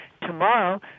Tomorrow